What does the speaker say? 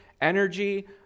energy